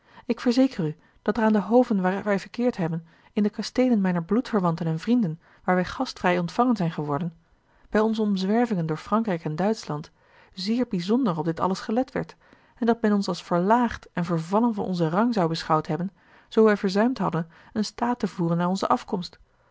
ik verzeker u dat er aan de hoven waar wij verkeerd hebben in de kasteelen mijner bloedverwanten en vrienden waar wij gastvrij ontvangen zijn geworden bij onze omzwervingen door frankrijk en duitschland zeer bijzonder op dit alles gelet werd en dat men ons als verlaagd en vervallen van onzen rang zou beschouwd hebben zoo wij verzuimd hadden een staat te voeren naar onze afkomst